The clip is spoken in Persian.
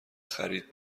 خرید